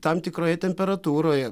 tam tikroje temperatūroje